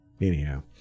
Anyhow